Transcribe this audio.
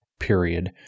Period